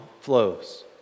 flows